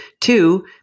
two